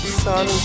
sun